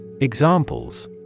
Examples